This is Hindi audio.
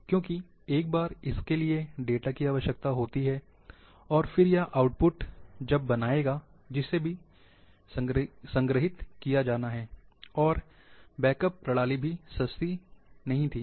क्योंकि एक बार इसके लिए डेटा की आवश्यकता होती है और फिर यह आऊटपुट बनाएगा जिसे भी संग्रहीत किया जाना है और बैकअप प्रणाली भी सस्ती नहीं थी